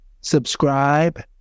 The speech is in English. subscribe